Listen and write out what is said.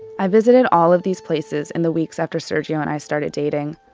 i visited all of these places in the weeks after sergiusz and i started dating.